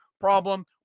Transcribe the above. problem